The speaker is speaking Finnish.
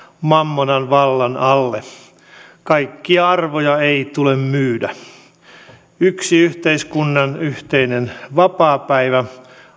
mammonan vallan alle kaikkia arvoja ei tule myydä yksi yhteiskunnan yhteinen vapaapäivä